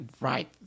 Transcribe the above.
right